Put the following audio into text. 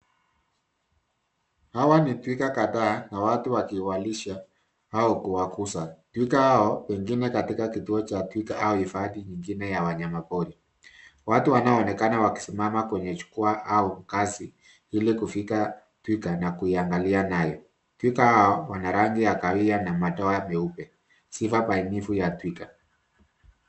Hawa ni twiga kadhaa na watu wakiwalisha au kuwakuza. Twiga hao wengine katika kituo cha twiga au hifadhi nyingine ya wanyama pori. Watu wanaoonekana wakisimama kwenye jukwaa au kazi ili kufika twiga na kuiangalia nayo. Twiga hao wana rangi ya kahawia na madoa meupe sifa bainifu ya twiga.